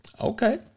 okay